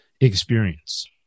Experience